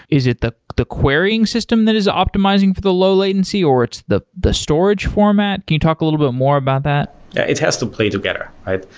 is it the the querying system that is optimizing for the low latency, or it's the the storage format? can you talk a little bit more about that? yeah, it has to play together, right?